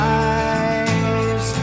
eyes